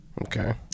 Okay